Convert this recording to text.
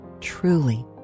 truly